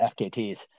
FKTs